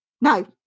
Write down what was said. no